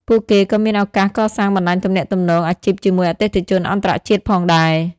ពួកគេក៏មានឱកាសកសាងបណ្តាញទំនាក់ទំនងអាជីពជាមួយអតិថិជនអន្តរជាតិផងដែរ។